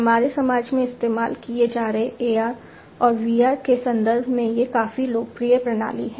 हमारे समाज में इस्तेमाल किए जा रहे AR और VR के संदर्भ में ये काफी लोकप्रिय प्रणाली हैं